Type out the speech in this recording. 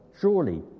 surely